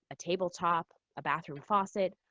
a tabletop, a bathroom faucet,